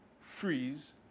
freeze